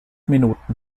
minuten